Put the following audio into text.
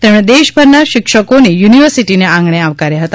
તેમણે દેશભરના શિક્ષકોને યુનિવર્સિટીને આંગણે આવકાર્યા હતા